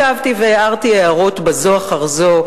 ישבתי אתו והערתי הערות זו אחר זו,